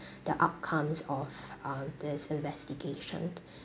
the outcomes of um this investigation